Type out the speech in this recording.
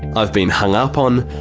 i've been hung up on,